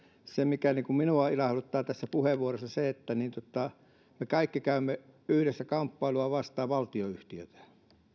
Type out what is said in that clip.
se mikä minua ilahduttaa näissä puheenvuoroissa on se että me kaikki käymme yhdessä kamppailua valtionyhtiötä